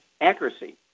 accuracy